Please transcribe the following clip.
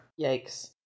Yikes